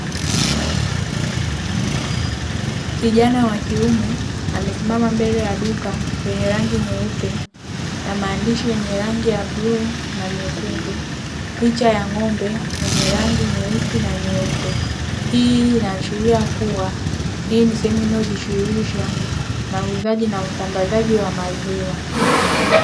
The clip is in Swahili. Kijana wa kiume amesimama mbele ya duka lenye rangi nyeupe na maandishi yenye rangi ya bluu na mekundu, picha ya ng'ombe mwenye rangi nyeusi na nyeupe, hii inaashiria kuwa hii ni sehemu inayojishughulisha na uuzaji na usambazaji wa maziwa.